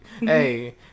Hey